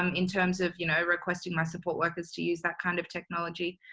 um in terms of, you know, requesting my support workers to use that kind of technology?